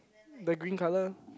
the green colour